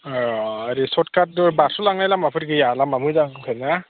अह ओरै सर्टखाट बारस' लांनाय लामाफोर गैया लामा मोजांफोर ना